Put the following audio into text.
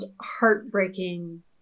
heartbreaking